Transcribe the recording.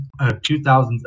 2000's